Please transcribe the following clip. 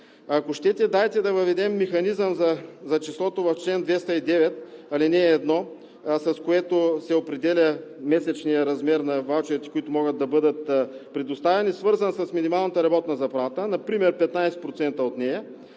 Ако щете, дайте да въведем механизъм за числото в чл. 209, ал. 1, с което се определя месечният размер на ваучерите, които могат да бъдат предоставени, свързан с минималната работна заплата, например 15% от нея.